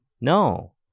No